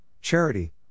charity